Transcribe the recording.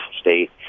state